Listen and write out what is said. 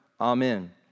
Amen